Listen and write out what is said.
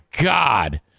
God